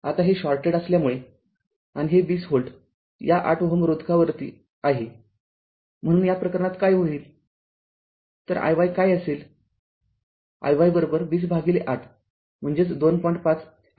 आता हे शॉर्टेड असल्यामुळे आणि हे २० व्होल्ट या ८Ω रोधकावरती आहे म्हणून या प्रकरणात काय होईल तर iy काय असेल iy २० भागिले ८ म्हणजे २